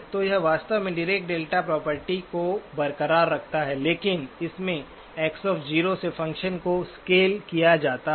तो यह वास्तव में डीरेक डेल्टा प्रॉपर्टी को बरकरार रखता है लेकिन इसे एक्स X से फ़ंक्शन को स्केल किया जाता है